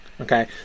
Okay